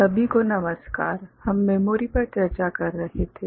सभी को नमस्कार हम मेमोरी पर चर्चा कर रहे थे